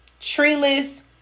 treeless